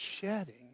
shedding